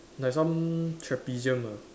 like some trapezium ah